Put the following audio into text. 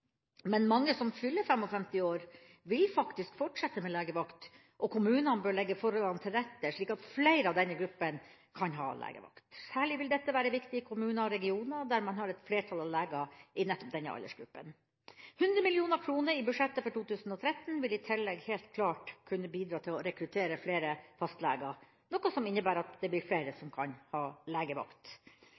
Men mange som fyller 55 år, vil faktisk fortsette med legevakt, og kommunene bør legge forholdene til rette slik at flere i denne gruppen kan ha legevakt. Særlig vil dette være viktig i kommuner og regioner der man har et flertall av leger i nettopp denne aldersgruppen. 100 mill. kr i budsjettet for 2013 vil i tillegg helt klart kunne bidra til å rekruttere flere fastleger, noe som innebærer at det blir flere som kan ha legevakt.